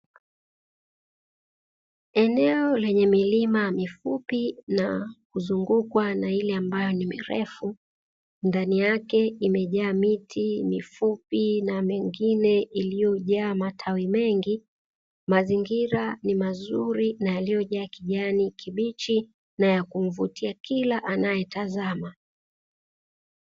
Eneo lenye milima mifupi na kuzungukwa na ile ambayo ni mirefu. Ndani yake imejaa miti mifupi na mingine iliyojaa matawi mengi. Mazingira ni mazuri na yaliyojaa kijani kibichi na ya kumvutia kila anayetazama.